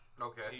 Okay